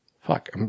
Fuck